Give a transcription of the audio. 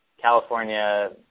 California